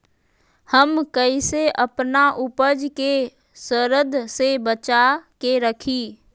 हम कईसे अपना उपज के सरद से बचा के रखी?